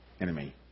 enemy